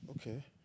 Okay